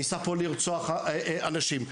שניסה לרצוח פה אנשים.